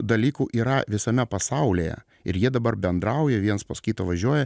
dalykų yra visame pasaulyje ir jie dabar bendrauja viens pas kitą važiuoja